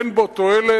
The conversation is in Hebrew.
אין בו תועלת,